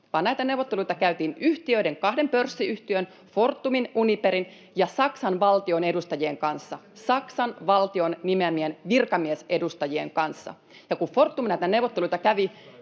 vaan näitä neuvotteluita käytin yhtiöiden, kahden pörssiyhtiön, Fortumin ja Uniperin, ja Saksan valtion edustajien kanssa, Saksan valtion nimeämien virkamiesedustajien kanssa, ja kun Fortum näitä neuvotteluita kävi,